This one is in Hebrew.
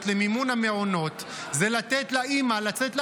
למימון המעונות זה לתת לאימא לצאת לעבוד.